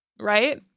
Right